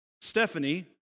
Stephanie